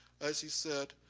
as he said,